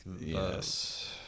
Yes